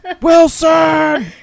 Wilson